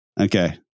Okay